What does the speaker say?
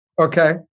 Okay